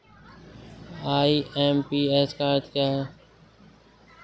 IMPS का क्या अर्थ है?